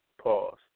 Pause